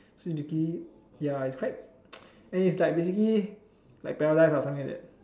so basically ya it's quite anyway it's like basically like paradise ah something like that